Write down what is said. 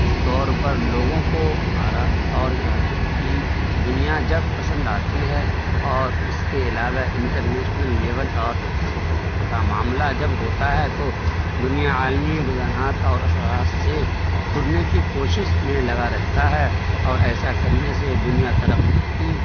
اس طور پر لوگوں کو آرا اور گرافک کی دنیا جب پسند آتی ہے اور اس کے علاوہ انٹر نیشنل لیول اور اسپوٹ کا معاملہ جب ہوتا ہے تو دنیا عالمی رجحانات اور اثرات سے سننے کی کوشش میں لگا رہتا ہے اور ایسا کرنے سے دنیا ترقی